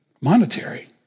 monetary